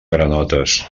granotes